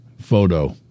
photo